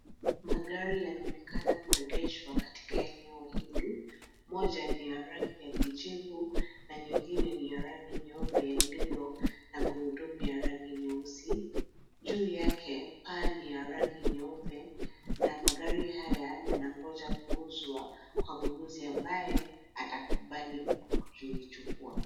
Magari yanaonekana kuegeshwa katika eneo hili. Moja ni ya rangi ya kijivu na nyingine ni ya rangi ya nyeupe yaliyo na gurudumu ya rangi nyeusi. Juu yake, paa ni ya rangi nyeupe na magari haya yanangoja kuuzwa kwa mnunuzi ambaye atakubali kulichukua.